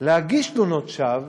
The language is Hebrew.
להגיש תלונות שווא